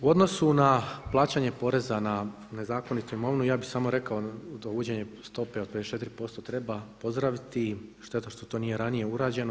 U odnosu na plaćanje poreza na nezakonitu imovinu, ja bih samo rekao da uvođenje stope od 54% treba pozdraviti, šteta što to nije ranije urađeno.